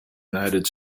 united